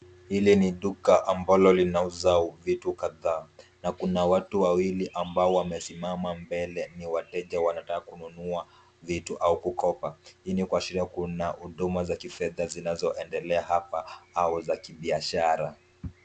Hili ni duka ambalo linauza vitu kadhaa, na kuna watu wawili ambao wamesimama mbele ni wateja wanataka kununua vitu au kukopa. Hii ni kwa sheria kuna huduma za kifedha zinazoendelea hapa au za kibiashara.